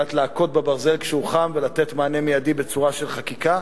ידעת להכות בברזל כשהוא חם ולתת מענה מיידי בצורה של חקיקה.